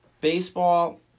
Baseball